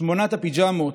שמונה הפיג'מות,